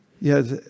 Yes